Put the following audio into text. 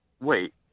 wait